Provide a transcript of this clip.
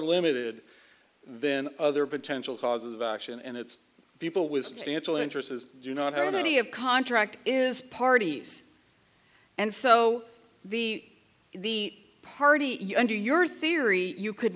limited then other potential causes of action and it's people with substantial interest as do not have any of contract is parties and so the the party you under your theory you could